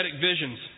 visions